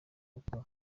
gukora